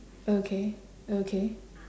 okay okay